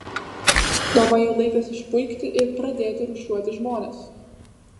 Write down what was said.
gal man jau laikas išpuikti ir pradėti rūšiuoti žmones